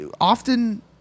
Often